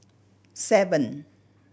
seven